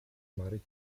married